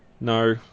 no